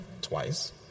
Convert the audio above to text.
twice